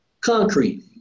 concrete